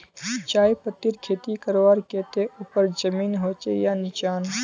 चाय पत्तीर खेती करवार केते ऊपर जमीन होचे या निचान?